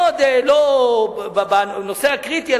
לא בנושא הקריטי,